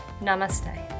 Namaste